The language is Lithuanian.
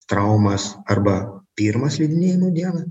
traumas arba pirmą slidinėjimo dieną